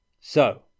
So